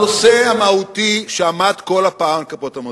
הנושא המהותי שעמד כל פעם על כפות המאזניים,